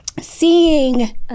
seeing